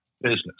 business